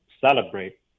celebrate